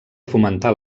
fomentar